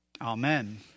Amen